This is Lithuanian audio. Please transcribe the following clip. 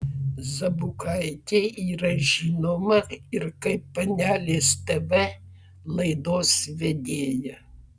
zabukaitė yra žinoma ir kaip panelės tv laidos vedėja